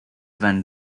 van